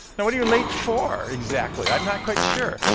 now, what are you late for, exactly? i'm not quite sure.